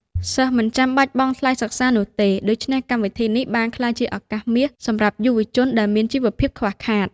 សិស្សមិនចាំបាច់បង់ថ្លៃសិក្សានោះទេ ដូច្នេះកម្មវិធីនេះបានក្លាយជាឱកាសមាសសម្រាប់យុវជនដែលមានជីវភាពខ្វះខាត។